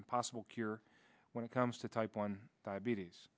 and possible cure when it comes to type one diabetes